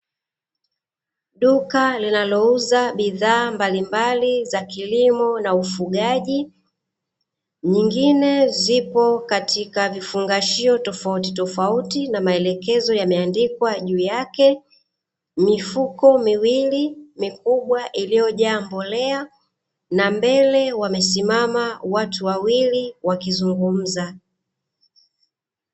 Duka linalouza bidhaa mbalimbali za kilimo na ufugaji. Zingine zipo katika vifungashio tofautitofauti, na maelekezo yameandikwa juu yake. Mifuko miwili, iliyo jaa mbolea, ipo mbele, huku watu wawili wamesimama wakizungumza.